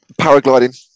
Paragliding